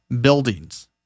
buildings